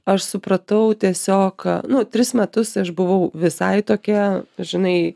aš supratau tiesiog nuo tris metus aš buvau visai tokia žinai